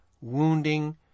wounding